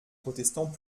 protestants